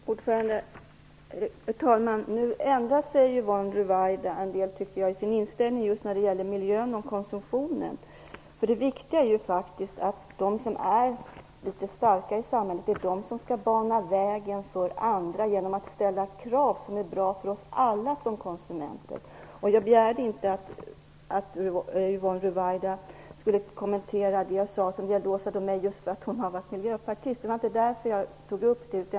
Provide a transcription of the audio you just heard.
Herr talman! Nu tycker jag att Yvonne Ruwaida ändrar sig en del i sin inställning till miljön och konsumtionen. Det viktiga är att de som är litet starkare i samhället skall bana väg för andra genom att ställa krav som är bra för oss alla som konsumenter. Jag begärde inte att Yvonne Ruwaida skulle kommentera det jag sade om Åsa Domeij därför att hon har varit miljöpartist. Det var inte därför jag tog upp det.